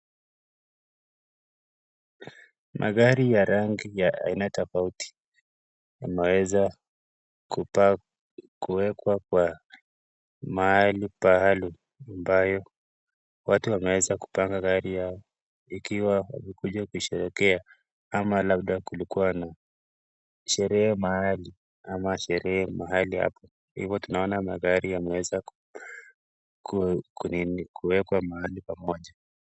Magari yenye rangi ya aina tofauti yameweza kuwekwa mahali ambayo watu wamezewa kupanga magari yao ikiwa wamekuja kusherehekea ama labda kulikua na sherehe mahali ama sherehe mahali hapa, hivyo tunaweza kuona kuwa magari yameweza kuwekwa mahali moja.